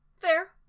Fair